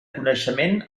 coneixement